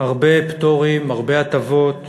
הרבה פטורים, הרבה הטבות,